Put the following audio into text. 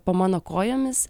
po mano kojomis